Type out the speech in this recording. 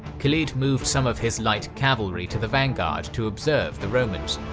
khalid moved some of his light cavalry to the vanguard to observe the romans.